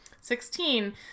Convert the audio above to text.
Sixteen